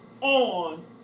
on